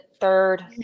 third